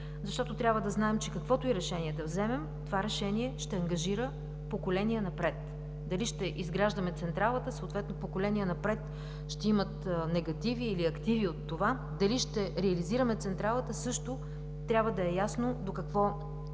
Защото трябва да знаем, че каквото и решение да вземем, това решение ще ангажира поколения напред. Дали ще изграждаме централата, съответно поколения напред ще имат негативи или активи от това. Дали ще реализираме централата – също трябва да е ясно до какви ангажименти